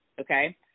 Okay